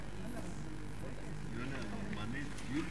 אדוני